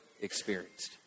experienced